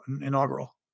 inaugural